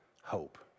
hope